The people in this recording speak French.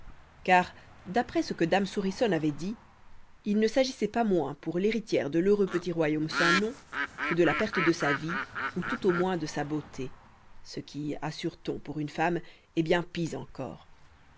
car d'après ce que dame souriçonne avait dit il ne s'agissait pas moins pour l'héritière de l'heureux petit royaume sans nom que de la perte de sa vie ou tout au moins de sa beauté ce qui assure-t-on pour une femme est bien pis encore